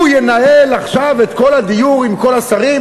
הוא ינהל עכשיו את כל הדיור עם כל השרים?